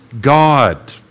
God